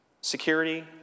security